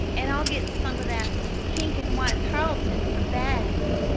an' i'll get some of that pink-an'-white tarl'tan for bags,